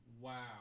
Wow